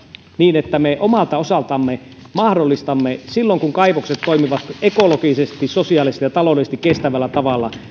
niin että me omalta osaltamme mahdollistamme silloin kun kaivokset toimivat ekologisesti sosiaalisesti ja taloudellisesti kestävällä tavalla